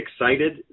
excited